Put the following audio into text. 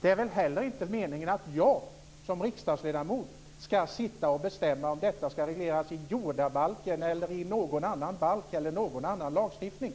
Det är heller inte meningen att jag som riksdagsledamot ska sitta och bestämma om detta ska regleras i jordabalken, i någon annan balk eller i någon annan lagstiftning.